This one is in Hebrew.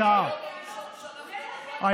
החברים שלכם הצביעו,